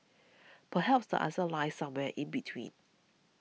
perhaps the answer lies somewhere in between